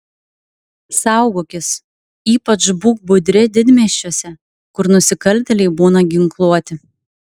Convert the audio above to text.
saugokis ypač būk budri didmiesčiuose kur nusikaltėliai būna ginkluoti